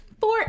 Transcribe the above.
Four